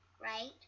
right